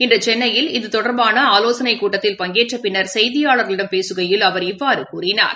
இன்றுசென்னையில் இது தொடர்பானஆலோசனைகூட்டத்தில் பங்கேற்றபின்னர் செய்தியாளர்களிடம் பேசுகையில் அவர் இவ்வாறுகூறினார்